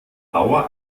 bauer